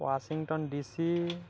Washington DC